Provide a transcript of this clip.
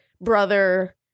brother